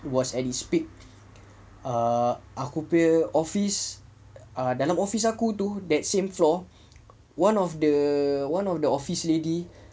was at its peak ah aku punya office dalam office aku tu that same floor one of the one of the office lady